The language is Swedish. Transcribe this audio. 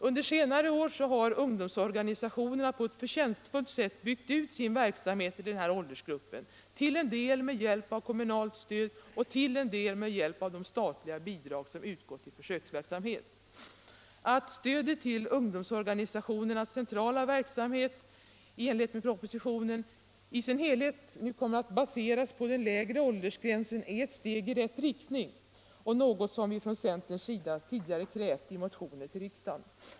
Under senare år har ungdomsorganisationerna på ett förtjänstfullt sätt byggt ut sin verksamhet i denna åldersgrupp, till en del med hjälp av kommunalt stöd och till en del med hjälp av de statliga bidrag som utgått till försöksverksamhet. Att, såsom propositionen föreslår, stödet till ungdomsorganisationernas centrala verksamhet i sin helhet nu kommer att baseras på den lägre åldersgränsen är ett steg i rätt riktning och något som från centerns sida tidigare krävts i motioner till riksdagen.